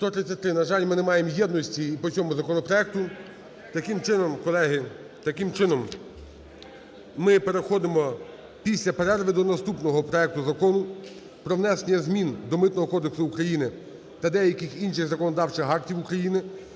На жаль, ми не маємо єдності і по цьому законопроекту. Таким чином, колеги, ми переходимо після перерви до наступного проекту – Закону про внесення змін до Митного кодексу України та деяких інших законодавчих актів України